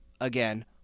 Again